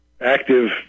active